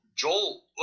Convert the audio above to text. Joel